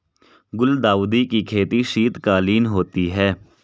गुलदाउदी की खेती शीतकालीन होती है